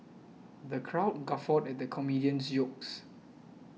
the crowd guffawed at the comedian's jokes